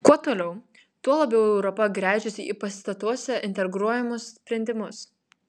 kuo toliau tuo labiau europa gręžiasi į pastatuose integruojamus sprendimus